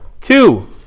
two